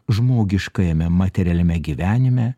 žmogiškajame materialiame gyvenime